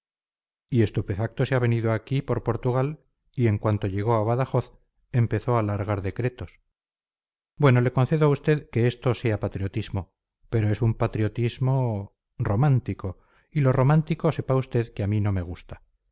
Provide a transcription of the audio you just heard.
y estupefacto se ha venido aquí por portugal y en cuanto llegó a badajoz empezó a largar decretos bueno le concedo a usted que esto sea patriotismo pero es un patriotismo romántico y lo romántico sepa usted que a mí no me gusta